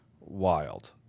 wild